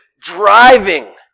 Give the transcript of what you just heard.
driving